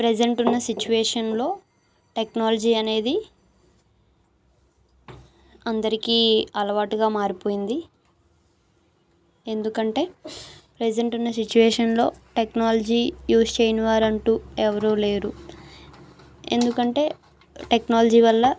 present ఉన్న సిచ్యువేషన్లో technology అనేది అందరికీ అలవాటుగా మారిపోయింది ఎందుకంటే ప్రెజెంట్ ఉన్న సిచ్యువేషన్లో టెక్నాలజీ యూజ్ చేయనివారంటూ ఎవరూ లేరు ఎందుకంటే టెక్నాలజీ వల్ల